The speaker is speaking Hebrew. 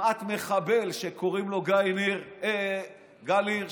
כמעט מחבל, שקוראים לו גל הירש,